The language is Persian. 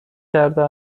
کرده